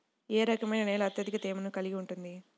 ఏ రకమైన నేల అత్యధిక తేమను కలిగి ఉంటుంది?